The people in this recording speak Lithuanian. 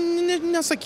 net nesakyti